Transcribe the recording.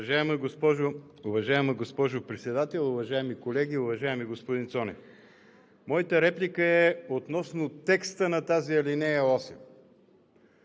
Уважаема госпожо Председател, уважаеми колеги! Уважаеми господин Цонев, моята реплика е относно текста на тази ал. 8.